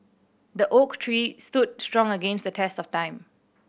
the oak tree stood strong against the test of time